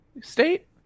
state